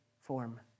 form